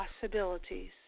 possibilities